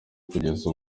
kugeza